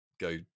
go